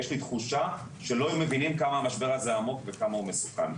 יש לי תחושה שלא מבינים כמה המשבר הזה עמוק וכמה הוא מסוכן.